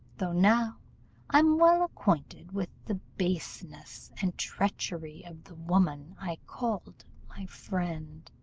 though now i am well acquainted with the baseness and treachery of the woman i called my friend.